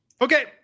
Okay